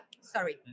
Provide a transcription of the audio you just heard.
Sorry